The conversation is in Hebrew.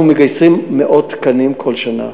אנחנו מגייסים מאות תקנים כל שנה,